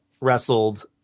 wrestled